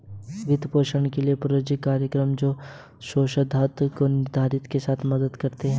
वित्त पोषण के लिए, प्रायोजित कार्यक्रम हैं, जो शोधकर्ताओं को निधि के साथ मदद करते हैं